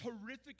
horrific